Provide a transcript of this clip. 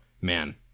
man